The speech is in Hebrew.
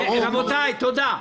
רבותיי, תודה.